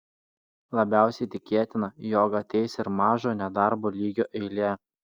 labiausiai tikėtina jog ateis ir mažo nedarbo lygio eilė